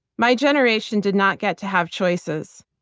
my generation did not get to have choices.